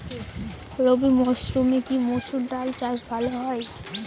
রবি মরসুমে কি মসুর ডাল চাষ ভালো হয়?